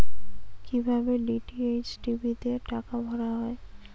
কি ভাবে DTH TV তে টাকা ভরা হয়?